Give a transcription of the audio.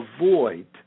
avoid